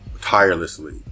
tirelessly